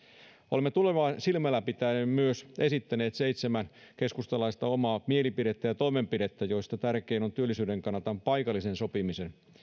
olemme tulevaa silmällä pitäen myös esittäneet seitsemän keskustalaista omaa mielipidettä ja toimenpidettä joista tärkein työllisyyden kannalta on paikallisen sopimisen